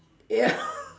ya